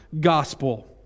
gospel